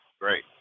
great